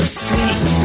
sweet